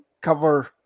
cover